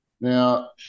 now